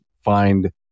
find